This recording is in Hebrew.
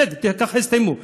בסדר, כך הסתיימו.